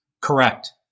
Correct